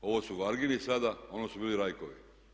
Ovo su Vargini sada, a ono su bili Rajkovi.